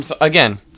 Again